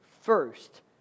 first